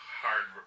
hard